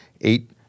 eight